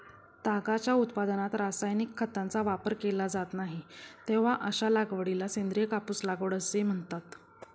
तागाच्या उत्पादनात रासायनिक खतांचा वापर केला जात नाही, तेव्हा अशा लागवडीला सेंद्रिय कापूस लागवड असे म्हणतात